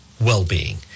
well-being